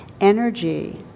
energy